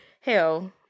Hell